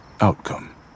outcome